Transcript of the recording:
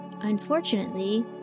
Unfortunately